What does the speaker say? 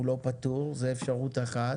הוא לא פטור זה אפשרות אחת,